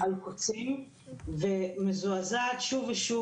על קוצים ומזועזעת שוב ושוב